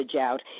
out